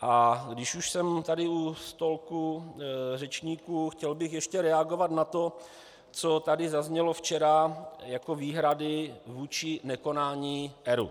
A když už jsem tady u stolku řečníků, chtěl bych ještě reagovat na to, co tady zaznělo včera jako výhrady vůči nekonání ERÚ.